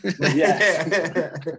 Yes